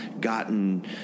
gotten